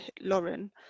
Lauren